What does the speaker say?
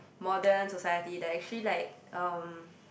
modern society there are actually like um